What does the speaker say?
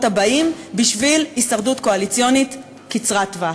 הבאים בשביל הישרדות קואליציונית קצרת טווח.